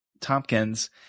Tompkins